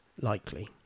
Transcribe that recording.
likely